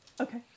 Okay